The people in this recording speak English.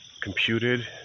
computed